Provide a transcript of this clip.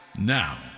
now